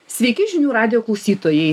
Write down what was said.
sveiki žinių radijo klausytojai